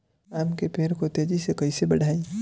आम के पेड़ को तेजी से कईसे बढ़ाई?